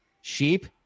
sheep